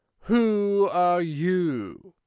who are you?